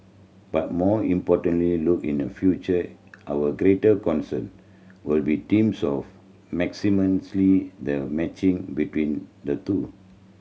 but more importantly look in a future our greater concern will be teams of the matching between the two